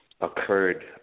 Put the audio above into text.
occurred